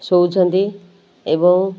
ଶୋଉଛନ୍ତି ଏବଂ